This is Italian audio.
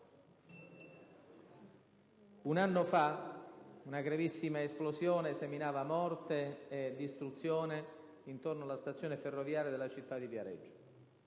un anno fa, una gravissima esplosione seminava morte e distruzione intorno alla stazione ferroviaria della città di Viareggio.